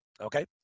Okay